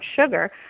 sugar